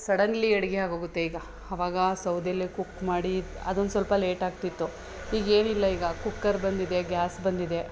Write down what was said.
suddenly ಅಡುಗೆ ಆಗೋಗುತ್ತೆ ಈಗ ಅವಾಗ ಸೌದೇಲೆ ಕುಕ್ ಮಾಡಿ ಅದೊಂದು ಸ್ವಲ್ಪ ಲೇಟ್ ಆಗ್ತಿತ್ತು ಈಗ ಏನಿಲ್ಲ ಈಗ ಕುಕ್ಕರ್ ಬಂದಿದೆ ಗ್ಯಾಸ್ ಬಂದಿದೆ